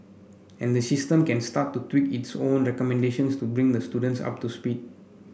and the system can start to tweak its own recommendations to bring the students up to speed